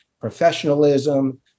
professionalism